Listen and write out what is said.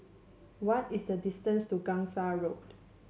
what is the distance to Gangsa Road